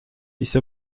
ise